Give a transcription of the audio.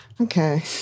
Okay